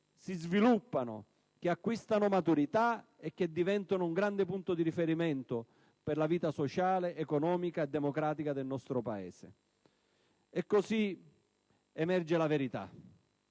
si sviluppano, che acquistano maturità e che diventano un grande punto di riferimento per la vita sociale, economica e democratica del nostro Paese. Così emerge la verità,